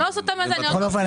לא סוטה מהנושא,